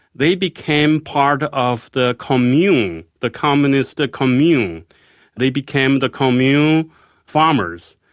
they became part of the commune, the communist commune they became the commune farmers.